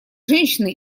женщины